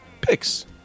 picks